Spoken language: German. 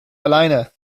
alleine